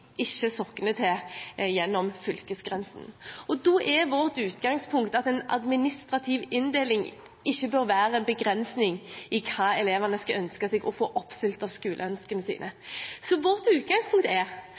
ikke sogner til gjennom fylkesgrensen, og da er vårt utgangspunkt at en administrativ inndeling ikke bør være en begrensning av hva elevene ønsker å få oppfylt av skoleønskene sine. Så vårt utgangspunkt er